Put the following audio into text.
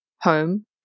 home